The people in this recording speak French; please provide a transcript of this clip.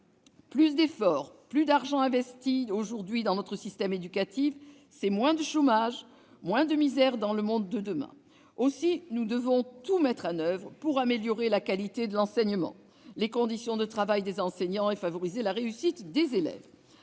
Plus d'efforts, plus d'argent investi aujourd'hui dans notre système éducatif, c'est moins de chômage, moins de misère dans le monde de demain. Aussi, nous devons tout mettre en oeuvre pour améliorer la qualité de l'enseignement, les conditions de travail des enseignants et favoriser la réussite des élèves.